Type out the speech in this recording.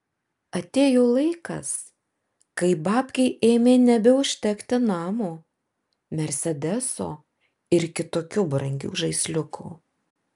atėjo laikas kai babkei ėmė nebeužtekti namo mersedeso ir kitokių brangių žaisliukų